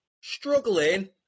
struggling